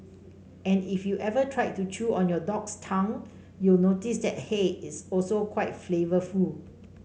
and if you ever tried to chew on your dog's tongue you'll notice that hey is also quite flavourful